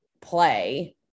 play